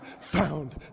found